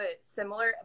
similar